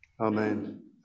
Amen